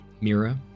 Mira